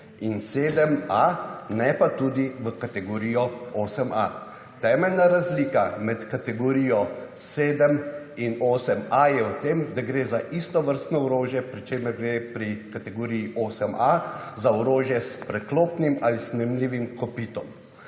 in 7A, ne pa tudi v kategorijo 8A. Temeljna razlika med kategorijo 7 in 8A je v tem, da gre za istovrstno orožje, pri čemer gre pri kategoriji 8A za orožje s preklopnim ali snemljivim kopitom.